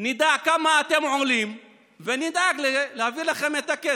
נדע כמה אתם עולים ונדאג להעביר לכם את הכסף,